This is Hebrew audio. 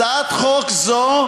הצעת חוק זו,